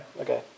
Okay